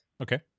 Okay